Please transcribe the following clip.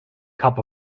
cup